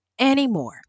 anymore